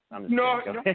No